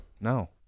No